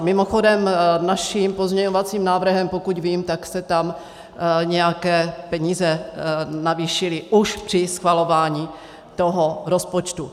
Mimochodem naším pozměňovacím návrhem, pokud vím, tak se tam nějaké peníze navýšily už při schvalování toho rozpočtu.